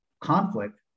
conflict